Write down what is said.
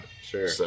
sure